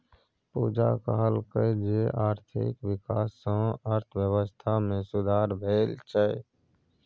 पूजा कहलकै जे आर्थिक बिकास सँ अर्थबेबस्था मे सुधार भेल छै